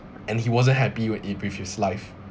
and he wasn't happy when it with his life